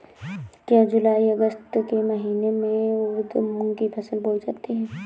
क्या जूलाई अगस्त के महीने में उर्द मूंग की फसल बोई जाती है?